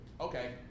Okay